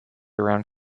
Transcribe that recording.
around